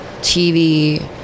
TV